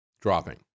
dropping